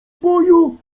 boju